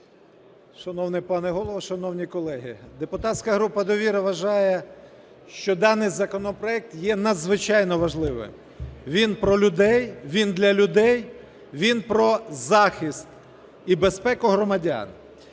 Шановний пане Голово, шановні колеги! Депутатська група "Довіра" вважає, що даний законопроект є надзвичайно важливим, він про людей, він для людей, він про захист і безпеку громадян.